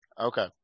Okay